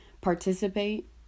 participate